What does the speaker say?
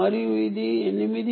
మరియు ఇది 865